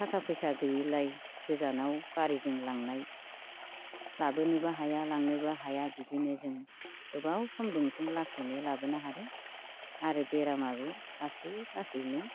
थाखा फैसा गैयिलाय गोजानाव गारिजों लांनाय लाबोनोबो हाया लांनोबो हाया बिदिनो जों गोबाव सम जोंसो लासैनो लाबोनो हादों आरो बेरामाबो लासै लासैनो